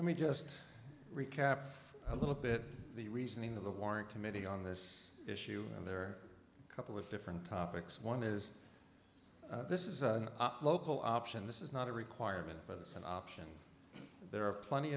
let me just recap a little bit the reasoning of the warrant committee on this issue and there are couple of different topics one is this is a local option this is not a requirement but it's an option there are plenty